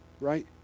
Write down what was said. right